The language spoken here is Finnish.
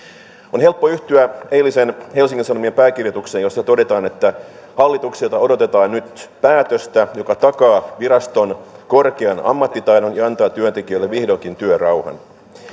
on helppo yhtyä eilisen helsingin sanomien pääkirjoitukseen jossa todetaan hallitukselta odotetaan nyt päätöstä joka takaa viraston korkean ammattitaidon ja antaa työntekijöille vihdoinkin työrauhan